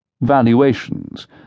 Valuations